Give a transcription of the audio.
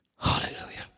Hallelujah